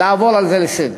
לעבור עליו לסדר-היום.